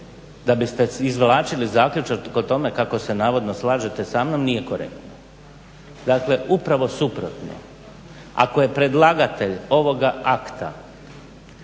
da biste izvlačili zaključak o tome kako se navodno slažete sa mnom nije korektno. Dakle, upravo suprotno. Ako je predlagatelj ovoga akta